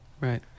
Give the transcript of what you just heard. Right